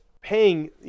paying